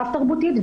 רב תרבותית.